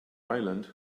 island